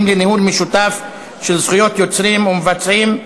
לניהול משותף של זכויות יוצרים ומבצעים.